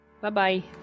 Bye-bye